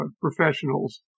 professionals